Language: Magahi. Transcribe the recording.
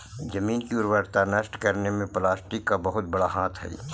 जमीन की उर्वरता नष्ट करने में प्लास्टिक का बहुत बड़ा हाथ हई